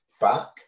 back